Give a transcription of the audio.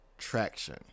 traction